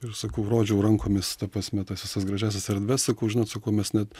ir sakau rodžiau rankomis ta prasme tas visas gražiąsias erdves sakau žinot sakau mes net